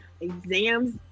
exams